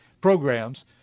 programs